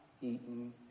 eaten